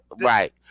right